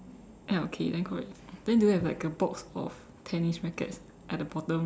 ya okay then correct then do you have like a box of tennis racket at the bottom